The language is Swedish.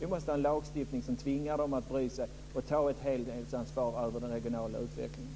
Vi måste ha en lagstiftning som tvingar dem att bry sig och att ta ett helhetsansvar för den regionala utvecklingen.